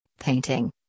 painting